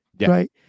Right